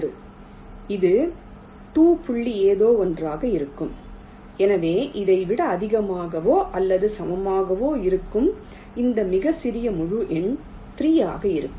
இது 2 புள்ளி ஏதோ ஒன்றாக இருக்கும் எனவே இதை விட அதிகமாகவோ அல்லது சமமாகவோ இருக்கும் இந்த மிகச்சிறிய முழு எண் 3 ஆக இருக்கும்